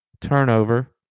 turnover